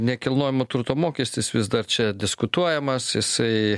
nekilnojamo turto mokestis vis dar čia diskutuojamas jisai